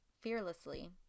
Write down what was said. fearlessly